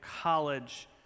college